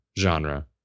genre